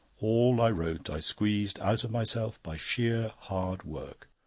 all i wrote i squeezed out of myself by sheer hard work.